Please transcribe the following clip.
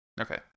Okay